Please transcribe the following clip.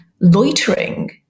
loitering